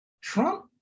Trump